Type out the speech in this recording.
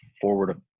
forward